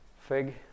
fig